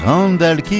Randall